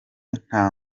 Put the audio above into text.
nta